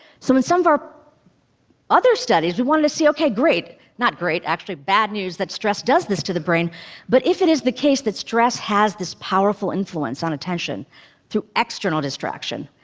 in some of our other studies, we wanted to see, ok, great not great, actually, bad news that stress does this to the brain but if it is the case that stress has this powerful influence on attention through external distraction,